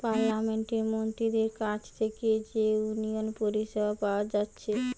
পার্লামেন্টের মন্ত্রীদের কাছ থিকে যে উন্নয়ন পরিষেবা পাওয়া যাচ্ছে